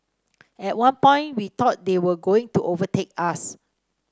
at one point we thought they were going to overtake us